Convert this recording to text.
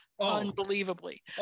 unbelievably